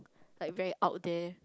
like very out there